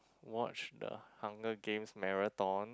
watch the Hunger Game Marathon